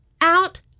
out